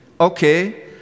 Okay